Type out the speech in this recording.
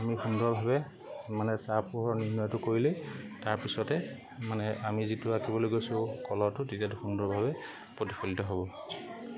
আমি সুন্দৰভাৱে মানে ছাঁ পোহৰ নিৰ্ণয়টো কৰিলেই তাৰ পিছতে মানে আমি যিটো আঁকিবলৈ গৈছোঁ কলহটো তেতিয়া সুন্দৰভাৱে প্ৰতিফলিত হ'ব